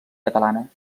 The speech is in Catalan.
catalana